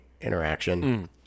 interaction